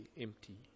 empty